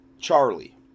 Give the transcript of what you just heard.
Charlie